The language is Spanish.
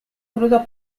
crudo